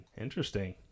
Interesting